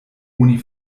oni